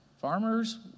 farmers